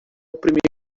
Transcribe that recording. primeiro